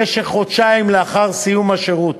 במשך חודשיים לאחר סיום השירות,